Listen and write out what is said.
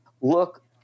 look